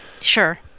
sure